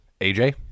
AJ